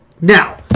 now